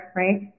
right